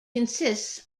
consists